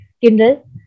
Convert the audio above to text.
Kindle